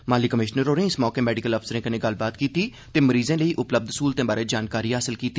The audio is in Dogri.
माली कमिषनर होरें इस मौके मैडिकल अफसरें कन्नै गल्लबात कीती ते मरीजें लेई उपलब्ध स्हूलतें बारै जानकारी हासल कीती